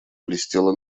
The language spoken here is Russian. блестела